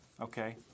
Okay